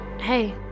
hey